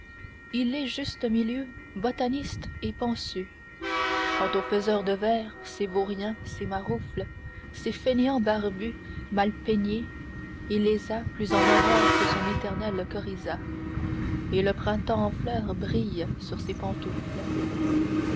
il est juste-milieu botaniste et pansu quant aux faiseurs de vers ces vauriens ces maroufles ces fainéants barbus mal peignés il les a plus en horreur que son éternel coryza et le printemps en fleurs brille sur ses pantoufles